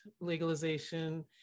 legalization